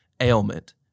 ailment